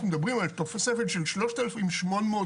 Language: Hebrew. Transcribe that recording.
אנחנו מדברים על תוספת של שלושת אלפים שמונה מאות